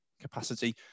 capacity